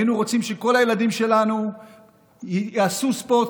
היינו רוצים שכל הילדים שלנו יעשו ספורט,